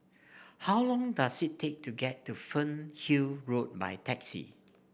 how long does it take to get to Fernhill Road by taxi